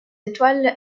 étoile